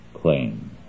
claim